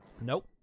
Nope